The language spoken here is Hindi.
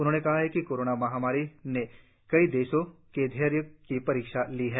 उन्होंने कहा कि कोरोना महामारी ने कई देशों के धैर्य की परीक्षा ली है